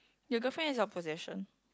your good friend is your possession